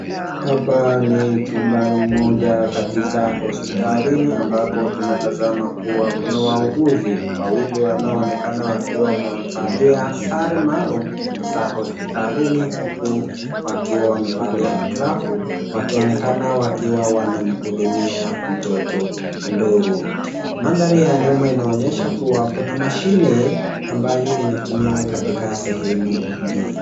Hapa ni chumbani moja katika hospitalini ambapo tunatazama kuwa kuna wauguzi wawili wanaoonekana wakiwa wamevalia sare maalum za hospitalini huku wakiwa wamevalia glavu wakionekana wakiwa wanamhudumia mtoto mdogo, mandhari ya nyuma inaonyesha kuwa kuna mashini ambayo inatumiwa katika sehemu hii.